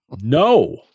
No